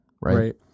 right